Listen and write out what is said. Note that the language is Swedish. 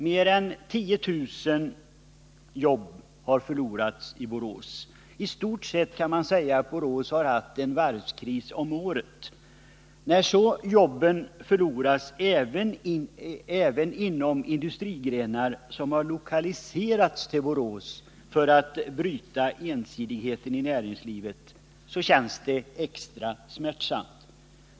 Mer än 10 000 jobb har förlorats i Borås. I stort sett kan man säga att Borås har haft en varvskris om året. När så jobben förloras även inom industrigrenar som har lokaliserats till Borås för att bryta ensidigheten i näringslivet, så känns det extra smärtsamt.